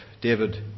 David